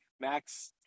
Max